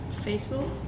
Facebook